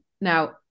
Now